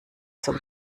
zum